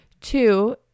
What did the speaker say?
two